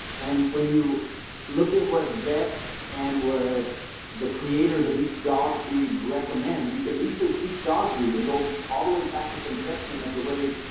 and when you look at what vets and what the creators of each dog breed recommend, you can research each dog breed and go all the way back to conception of the way,